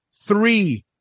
three